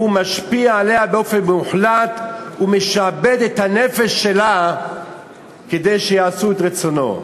משפיע עליה באופן מוחלט ומשעבד את הנפש שלה כדי שיעשו את רצונו.